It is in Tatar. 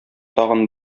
тагын